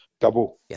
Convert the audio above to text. double